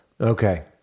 Okay